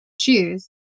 choose